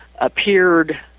appeared